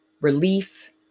relief